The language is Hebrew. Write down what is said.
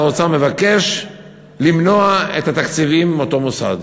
האוצר מבקש למנוע את התקציבים מאותו מוסד?